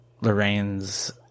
Lorraine's